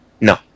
No